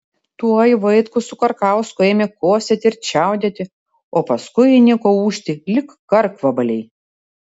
tuoj vaitkus su karkausku ėmė kosėti ir čiaudėti o paskui įniko ūžti lyg karkvabaliai